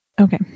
Okay